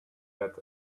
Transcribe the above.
that